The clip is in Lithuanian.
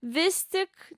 vis tik